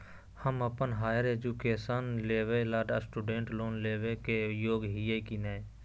हम अप्पन higher education लेबे ला स्टूडेंट लोन लेबे के योग्य हियै की नय?